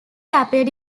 appeared